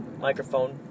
microphone